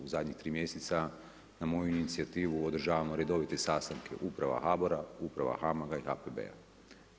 U zadnjih 3 mjeseca, na moju inicijativu, odražavamo redovite sastanke, uprava HABOR-a, uprava HAMAG-a i HPB-a.